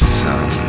son